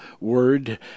word